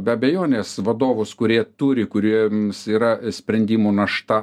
be abejonės vadovus kurie turi kuriems yra sprendimų našta